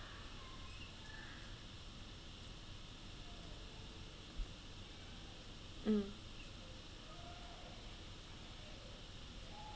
mm